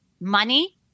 money